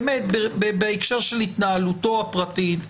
בהקשר של התנהלותו הפרטית,